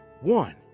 One